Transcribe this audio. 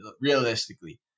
realistically